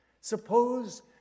Suppose